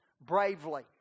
bravely